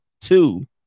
Two